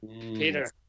Peter